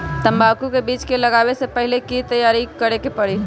तंबाकू के बीज के लगाबे से पहिले के की तैयारी करे के परी?